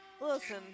Listen